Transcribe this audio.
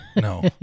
no